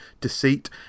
deceit